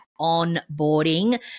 onboarding